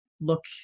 look